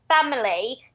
family